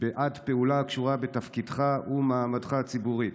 בעד פעולה הקשורה בתפקידך ומעמדך הציבורי,